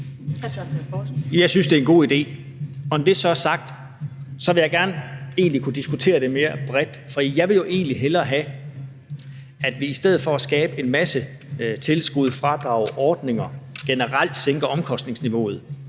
Jeg synes, det er en god idé. Og når det så er sagt, vil jeg egentlig gerne kunne diskutere det mere bredt, for jeg vil jo egentlig hellere have, at vi i stedet for at skabe en masse tilskud, fradrag, ordninger generelt sænker omkostningsniveauet